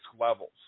levels